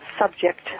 Subject